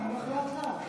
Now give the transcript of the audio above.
אני הולך לאט-לאט,